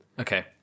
Okay